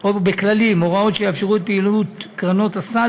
או בכללים הוראות שיאפשרו את פעולת קרנות הסל